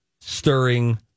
stirring